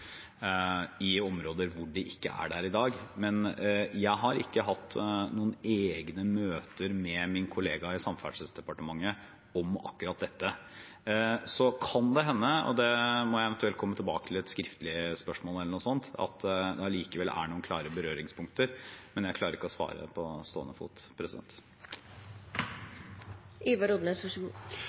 i områder hvor det ikke er i dag, men jeg har ikke hatt egne møter med min kollega i Samferdselsdepartementet om akkurat dette. Så kan det hende – det må jeg eventuelt komme tilbake til i et skriftlig spørsmål e.l. – at det likevel er noen klare berøringspunkter, men jeg klarer ikke å svare på stående fot.